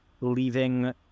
leaving